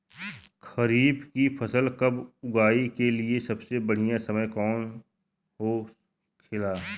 खरीफ की फसल कब उगाई के लिए सबसे बढ़ियां समय कौन हो खेला?